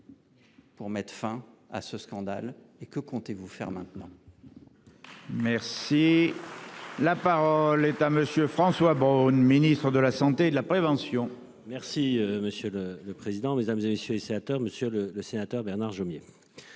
Pour mettre fin à ce scandale et que comptez-vous faire maintenant.